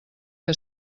que